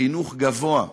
חינוך גבוה,